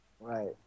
Right